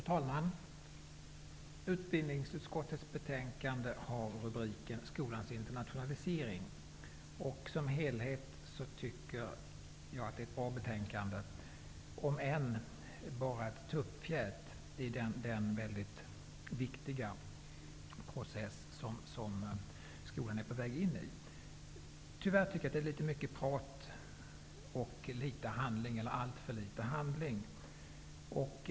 Fru talman! Utbildningsutskottets betänkande har rubriken Skolans internationalisering, och som helhet tycker jag att det är ett bra betänkande, om än bara ett tuppfjät i den väldigt viktiga process som skolan är på väg in i. Tyvärr är det litet mycket av prat och alltför litet av handling.